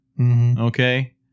Okay